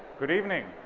good evening